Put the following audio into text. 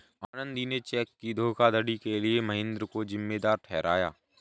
आनंदी ने चेक की धोखाधड़ी के लिए महेंद्र को जिम्मेदार ठहराया